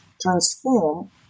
transform